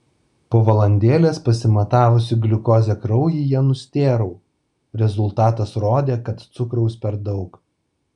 po valandėlės pasimatavusi gliukozę kraujyje nustėrau rezultatas rodė kad cukraus per daug